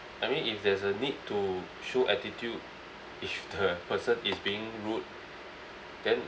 I mean if there's a need to show attitude if the person is being rude then